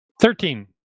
Thirteen